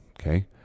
Okay